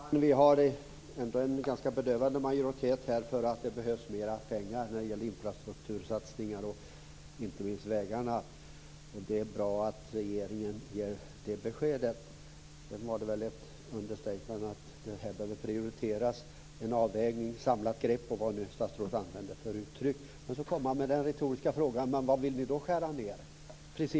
Fru talman! Vi har ändå en ganska bedövande majoritet här för att det behövs mera pengar när det gäller infrastruktursatsningar och inte minst vägarna. Det är bra att regeringen ger det beskedet. Det var väl ett understatement att det här behöver prioriteras, att man ska göra en avvägning, att det ska vara ett samlat grepp och vad statsrådet nu använde för uttryck. Sedan kom han med den retoriska frågan: Vad vill ni då skära ned på?